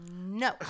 No